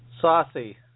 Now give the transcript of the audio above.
Saucy